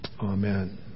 Amen